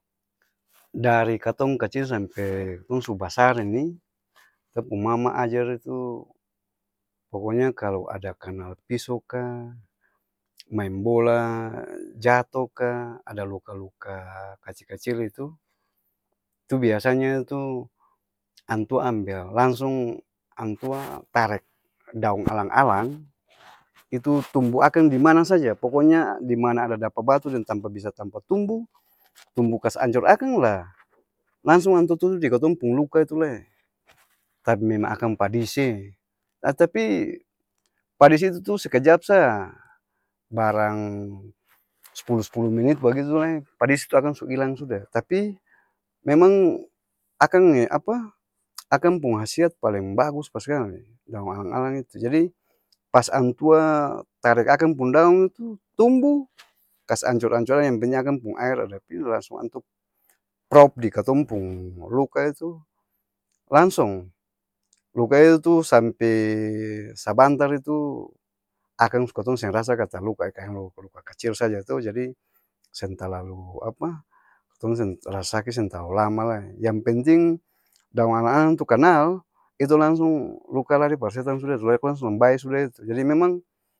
Dari katong kacil sampe tong su basar ini, beta pung mama ajar, itu poko nya kalo ada kanal piso kaa, maeng bola jato kaa, ada luka-luka kacil-kacil itu, tu biasa nya tu antua ambel langsung antua tarek daong alang-alang, itu tumbu akang dimana saja poko nya dimana ada dapa batu deng tampa bisa tampa tumbu, tumbu kas ancor akang laa langsung antua tutu di katong pung luka itu lai, tapi memang akang padis'ee aa tapi, padis itu sekejap saa barang s'puluh-s'puluh menit begitu lai padis tu akang su ilang sudah tapi, memang akang apa? Akang pung hasiat paleng bagus paskali daong alang-alang itu jadi, pas antua tarek akang pung daong itu, tumbu, kas ancor-ancor yang penting jang akang pung aer ada pi ini langsung antua prop di katong pung luka itu, langsong, luka itu tu sampee sabantar itu, akang su katong seng rasa kata luka kae luka-luka kacil saja too jadi, seng talalu apa? Katong seng rasa saki seng talalu lama lai, yang penting daong alang-alang tu kanal, itu langsung luka lari par setang suda itu la e langsung bae sudah itu, jadi memang.